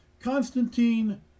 Constantine